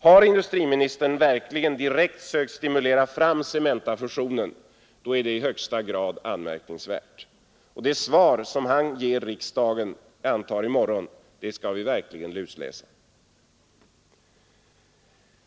Har industriministern verkligen direkt sökt stimulera fram Cementa-fusionen, då är det i högsta grad anmärkningsvärt. Det svar han ger riksdagen, antagligen i morgon, skall vi verkligen lusläsa.